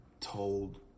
told